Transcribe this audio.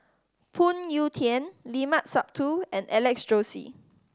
Phoon Yew Tien Limat Sabtu and Alex Josey